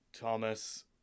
Thomas